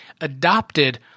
adopted